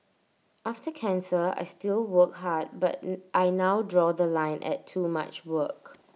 after cancer I still work hard but I now draw The Line at too much work